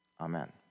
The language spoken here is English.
Amen